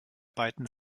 beiden